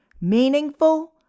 meaningful